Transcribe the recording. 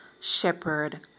Shepherd